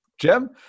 Jim